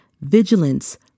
vigilance